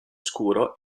scuro